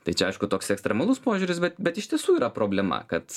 tai čia aišku toks ekstremalus požiūris bet bet iš tiesų yra problema kad